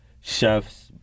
chefs